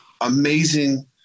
amazing